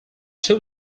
two